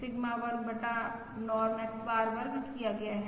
sigma वर्ग बटा norm X bar वर्ग किया गया है